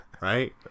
Right